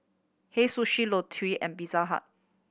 Hei Sushi Lotte and Pizza Hut